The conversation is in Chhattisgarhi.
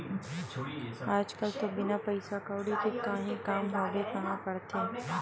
आज कल तो बिना पइसा कउड़ी के काहीं काम होबे काँहा करथे